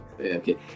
okay